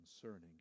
concerning